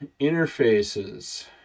interfaces